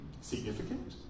significant